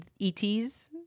et's